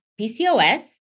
PCOS